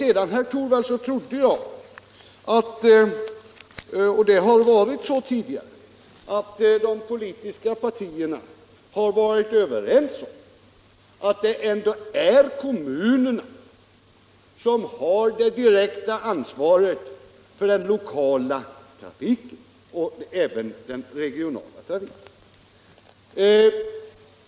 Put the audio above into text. Sedan trodde jag, herr Torwald, att de politiska partierna liksom tidigare var överens om att det ändå är kommunerna som har det direkta ansvaret för den lokala och regionala trafiken.